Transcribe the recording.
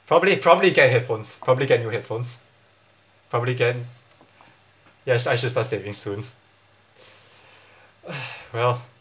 probably probably get headphones probably get a new headphones probably can yes I should start saving soon ah well